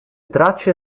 tracce